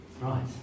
right